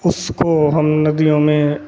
उसको हम नदियों में